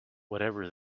whatever